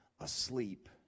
asleep